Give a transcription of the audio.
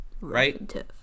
Right